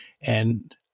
and-